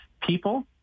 people